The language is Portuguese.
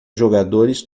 jogadores